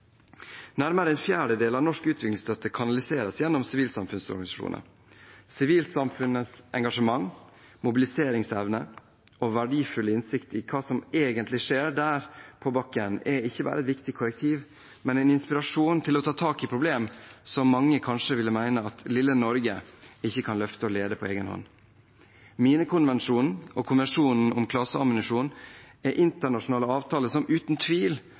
Nærmere en fjerdedel av norsk utviklingsstøtte kanaliseres gjennom sivilsamfunnsorganisasjoner. Sivilsamfunnets engasjement, mobiliseringsevne og verdifulle innsikt i hva som egentlig skjer der ute på bakken, er ikke bare et viktig korrektiv, men også en inspirasjon til å ta tak i problemer som mange kanskje ville mene at lille Norge ikke kan løfte og lede på egen hånd. Minekonvensjonen og konvensjonen om klaseammunisjon er internasjonale avtaler som uten tvil